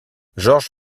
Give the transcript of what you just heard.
georges